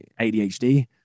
adhd